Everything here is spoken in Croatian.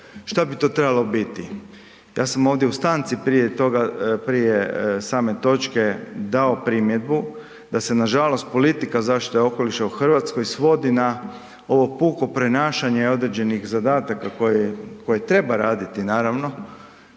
šta bi to trebalo biti? Ja sam ovdje u stanci prije same točke dao primjedbu da se nažalost politika zaštite okoliša u Hrvatskoj svodi na ovo puko prenašanje određenih zadataka koje treba raditi naravno,